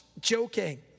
joking